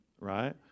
right